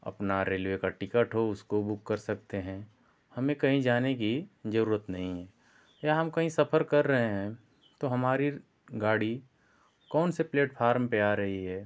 अपना रेलवे का टिकट हो उसको बुक कर सकते हैं हमें कहीं जाने की ज़रूरत नहीं है या हम कहीं सफर कर रहे हैं तो हमारी गाड़ी कौन से प्लेटफारम पर आ रही है